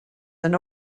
and